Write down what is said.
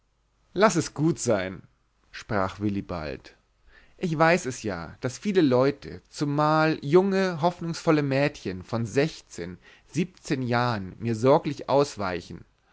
laß es gut sein sprach willibald ich weiß es ja daß viele leute zumal junge hoffnungsvolle mädchen von sechszehn siebzehn jahren mir sorglich ausweichen